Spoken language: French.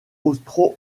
austro